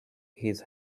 its